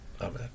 Amen